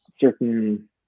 certain